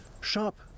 sharp